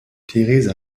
theresa